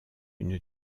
une